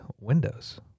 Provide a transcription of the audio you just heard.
windows